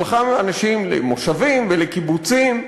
היא שלחה אנשים למושבים, לקיבוצים.